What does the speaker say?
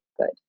good